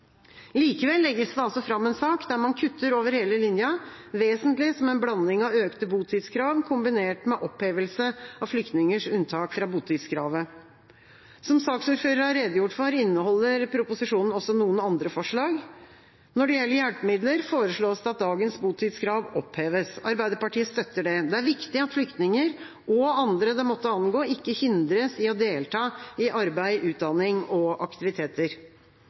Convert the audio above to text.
Likevel legges det altså fram en sak der man kutter over hele linja, vesentlig som en blanding av økte botidskrav, kombinert med opphevelse av flyktningers unntak fra botidskravet. Som saksordføreren har redegjort for, inneholder proposisjonen også noen andre forslag. Når det gjelder hjelpemidler, foreslås det at dagens botidskrav oppheves. Arbeiderpartiet støtter det. Det er viktig at flyktninger – og andre det måtte angå – ikke hindres i å delta i arbeid, utdanning og aktiviteter.